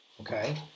okay